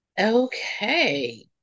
Okay